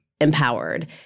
empowered